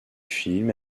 film